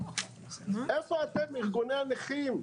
איפה אתם ארגוני הנכים?